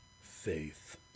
faith